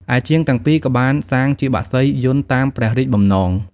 ឯជាងទាំងពីរក៏បានសាងជាបក្សីយន្តតាមព្រះរាជបំណង។